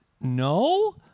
No